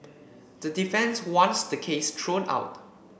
the defence wants the case thrown out